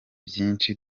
byinshi